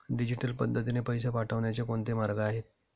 Digital पद्धतीने पैसे पाठवण्याचे कोणते मार्ग आहेत?